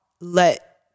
let